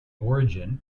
origin